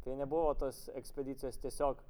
tai nebuvo tos ekspedicijos tiesiog